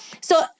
So-